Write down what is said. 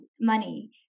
money